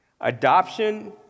Adoption